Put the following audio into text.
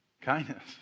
Kindness